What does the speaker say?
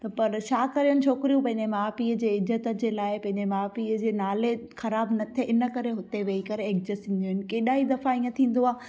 त पर छा करनि छोकिरियूं पंहिंजे माउ पीउ जे इज़त जे लाइ पंहिंजे माउ पीउ जे नाले ख़राबु न थिए इनकरे हुते वेही करे एक्जस थींदियूं आहिनि केॾा ई दफ़ा इअं थींदो आहे